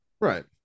Right